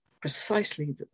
precisely